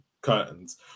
curtains